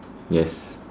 yes